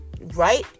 right